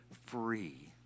free